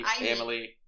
Emily